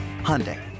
Hyundai